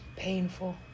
Painful